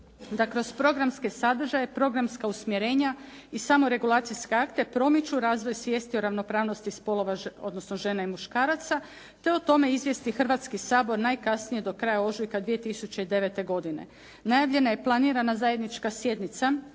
da kroz programske sadržaje, programska usmjerenja i samoregulacijske akte promiču razvoj svijesti o ravnopravnosti spolova, odnosno žena i muškaraca, te o tome izvijesti Hrvatski sabor najkasnije do kraja ožujka 2009. godine. Najavljena je i planirana zajednička sjednica